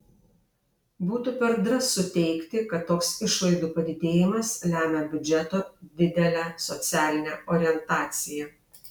būtų per drąsu teigti kad toks išlaidų padidėjimas lemia biudžeto didelę socialinę orientaciją